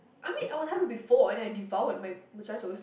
I mean I was hungry before and I devoured my Muchachos